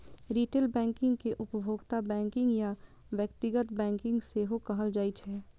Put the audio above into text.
retail banking कें उपभोक्ता banking या व्यक्तिगत बैंकिंग सेहो कहल जाइ छै